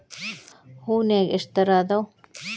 ಹೂನ್ಯಾಗ ಎಷ್ಟ ತರಾ ಅದಾವ್?